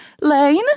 Lane